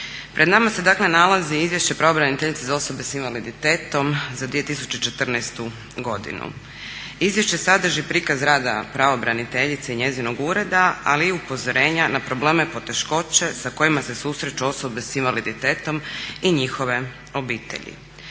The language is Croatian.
Pred nama se nalazi Izvješće pravobraniteljice za osobe s invaliditetom za 2014.godinu. Izvješće sadrži prikaz rada pravobraniteljice i njezinog ureda, ali i upozorenja na probleme, poteškoće sa kojima se susreću osobe s invaliditetom i njihove obitelji.